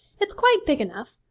it's quite big enough,